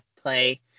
play